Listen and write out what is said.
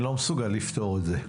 אני לא מסוגל לפתור את זה.